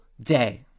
day